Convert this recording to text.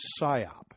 psyop